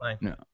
No